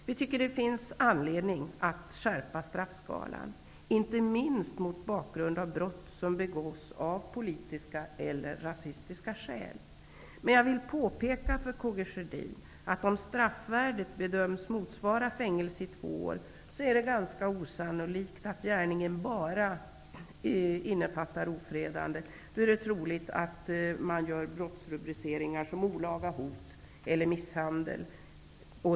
Vi tycker att det finns anledning att skärpa straffskalan, inte minst mot bakgrund av att det förekommer att brott begås av politiska eller rasistiska skäl. Men jag vill påpeka för Karl Gustaf Sjödin att om straffvärdet bedöms motsvara fängelse i två år, är det ganska osannolikt att gärningen bara omfattar ofredande. Det är troligt att det då görs brottsrubriceringar som olaga hot eller misshandel.